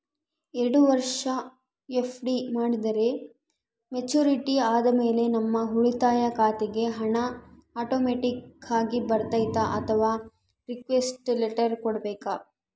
ಎರಡು ವರುಷ ಎಫ್.ಡಿ ಮಾಡಿದರೆ ಮೆಚ್ಯೂರಿಟಿ ಆದಮೇಲೆ ನಮ್ಮ ಉಳಿತಾಯ ಖಾತೆಗೆ ಹಣ ಆಟೋಮ್ಯಾಟಿಕ್ ಆಗಿ ಬರ್ತೈತಾ ಅಥವಾ ರಿಕ್ವೆಸ್ಟ್ ಲೆಟರ್ ಕೊಡಬೇಕಾ?